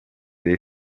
dei